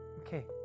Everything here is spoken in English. Okay